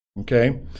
Okay